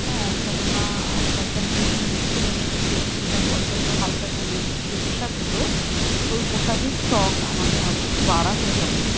হ্যাঁ কেননা আজকালকার দিনে ছেলেমেয়েদের যেরকম যা পছন্দ হাল ফ্যাশানের যে পোশাকগুলো ওই পোশাকের স্টক আমাদের আরেকটু বাড়াতে হবে